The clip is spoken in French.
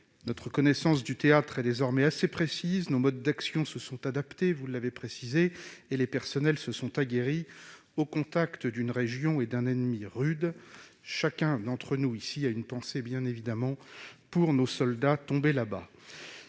Notre connaissance du théâtre est désormais assez précise, nos modes d'action se sont adaptés et les personnels se sont aguerris au contact d'une région et d'un ennemi rudes. Chacun d'entre nous ici a une pensée pour nos soldats tombés là-bas.